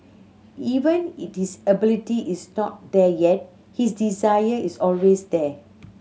even if his ability is not there yet his desire is always there